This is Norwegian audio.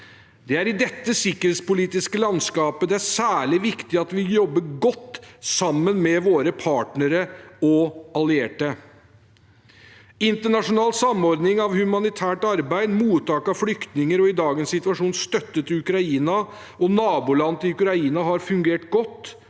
Det er i dette sikkerhetspolitiske landskapet det er særlig viktig at vi jobber godt sammen med våre partnere og allierte. Internasjonal samordning av humanitært arbeid, mottak av flyktninger og støtte til Ukraina og nabolandene til Ukraina i dagens